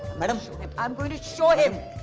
i am going to show him.